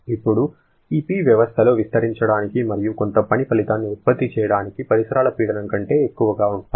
ఇప్పుడు ఈ P వ్యవస్థలో విస్తరించడానికి మరియు కొంత పని ఫలితాన్ని ఉత్పత్తి చేయడానికి పరిసరాల పీడనం కంటే ఎక్కువగా ఉండాలి